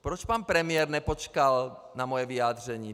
Proč pan premiér nepočkal na moje vyjádření?